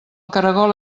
caragol